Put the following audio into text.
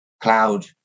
cloud